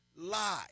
lie